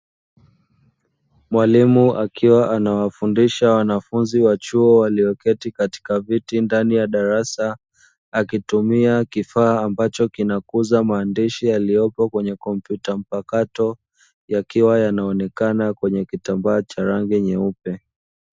Mwalimu akiwa anawafundisha wanafunzi wa chuo walioketi katika darasa, akitumia kifaa ambacho kinakuza maandishi yaliyopo kwenye komputa mpakato yakiwa yanaonekana kwenye kitambaa cha rangi nyeupe.